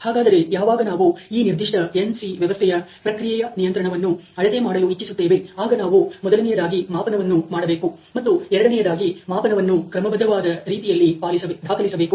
ಹಾಗಾದರೆ ಯಾವಾಗ ನಾವು ಈ ನಿರ್ದಿಷ್ಟ nc ವ್ಯವಸ್ಥೆಯ ಪ್ರಕ್ರಿಯೆಯ ನಿಯಂತ್ರಣವನ್ನು ಅಳತೆಮಾಡಲು ಇಚ್ಚಿಸುತ್ತೇವೆ ಆಗ ನಾವು ಮೊದಲನೆಯದಾಗಿ ಮಾಪನವನ್ನು ಮಾಡಬೇಕು ಮತ್ತು ಎರಡನೆಯದಾಗಿ ಮಾಪನವನ್ನು ಕ್ರಮಬದ್ಧವಾದ ರೀತಿಯಲ್ಲಿ ದಾಖಲಿಸಬೇಕು